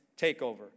takeover